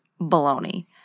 baloney